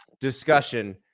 discussion